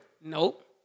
Nope